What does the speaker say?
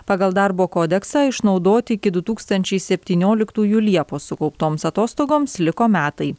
pagal darbo kodeksą išnaudoti iki du tūkstančiai septynioliktųjų liepos sukauptoms atostogoms liko metai